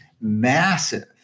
massive